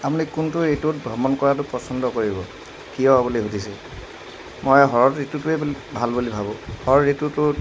আপুনি কোনটো ঋতুত ভ্ৰমণ কৰাতো পচন্দ কৰিব কিয় বুলি সুধিছে মই শৰৎ ঋতুটোৱে বুলি ভাল বুলি ভাবোঁ শৰৎ ঋতুটোত